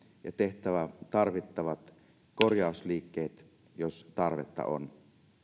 ja tehtävä tarvittavat korjausliikkeet jos tarvetta on